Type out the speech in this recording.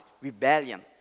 rebellion